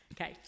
Okay